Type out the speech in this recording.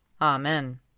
Amen